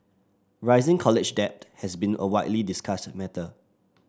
rising college debt has been a widely discussed matter